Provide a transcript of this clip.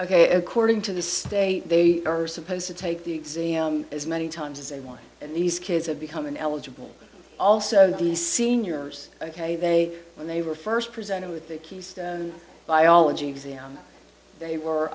ok according to this day they are supposed to take the exam as many times as they want and these kids are becoming eligible also the seniors ok they when they were first presented with the keystone biology exam they were